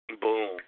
Boom